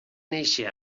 néixer